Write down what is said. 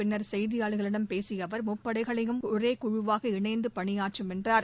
பின்னர் செய்தியாளர்களிடம் பேசியஅவர் முப்படைகளும் ஒரேகுழுவாக இணைந்துபணியாற்றும் என்றார்